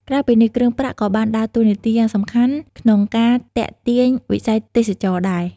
ក្រៅពីនេះ គ្រឿងប្រាក់ក៏បានដើរតួនាទីយ៉ាងសំខាន់ក្នុង ការទាក់ទាញវិស័យទេសចរណ៍ដែរ។